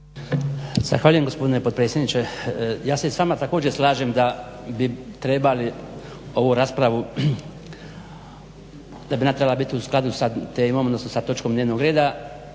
Zahvaljujem gospodine potpredsjedniče. Ja se s vama također slažem da bi trebali ovu raspravu da bi ona trebala biti u skladu s temom odnosno sa